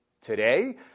today